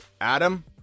adam